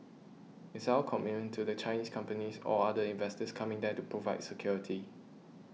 it's our commitment to the Chinese companies or other investors coming there to provide security